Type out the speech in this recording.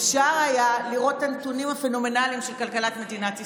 אפשר היה לראות את הנתונים הפנומנליים של כלכלת מדינת ישראל,